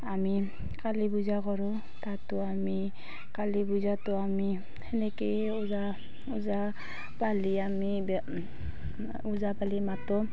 আমি কালী পূজা কৰোঁ তাতো আমি কালী পূজাটো আমি সেনেকেই ওজা ওজাপালি আমি ওজাপালি মাতোঁ